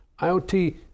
IoT